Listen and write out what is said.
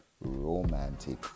romantic